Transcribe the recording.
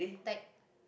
like